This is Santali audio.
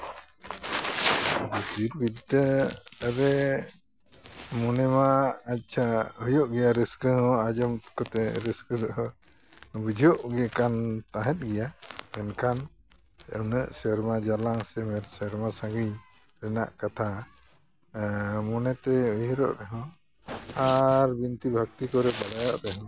ᱵᱤᱨ ᱵᱤᱨᱛᱮ ᱮᱵᱮ ᱢᱚᱱᱮ ᱟᱪᱪᱷᱟ ᱦᱩᱭᱩᱜ ᱜᱮᱭᱟ ᱨᱟᱹᱥᱠᱟᱹ ᱦᱚᱸ ᱟᱸᱡᱚᱢ ᱠᱟᱛᱮ ᱨᱟᱹᱥᱠᱟᱹ ᱫᱚ ᱵᱩᱡᱷᱟᱹᱣᱚᱜ ᱠᱟᱱ ᱛᱟᱦᱮᱸᱫ ᱜᱮᱭᱟ ᱢᱮᱱᱠᱷᱟᱱ ᱩᱱᱟᱹᱜ ᱥᱮᱨᱢᱟ ᱡᱟᱞᱟᱝ ᱥᱮ ᱥᱮᱨᱢᱟ ᱥᱟᱺᱜᱤᱧ ᱨᱮᱱᱟᱜ ᱠᱟᱛᱷᱟ ᱢᱚᱱᱮᱛᱮ ᱩᱭᱦᱟᱹᱨᱚᱜ ᱨᱮᱦᱚᱸ ᱟᱨ ᱵᱤᱱᱛᱤ ᱵᱷᱟᱹᱠᱛᱤ ᱠᱚᱨᱮ ᱵᱟᱲᱟᱭᱚᱜ ᱨᱮᱦᱚᱸ